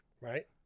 Right